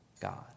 God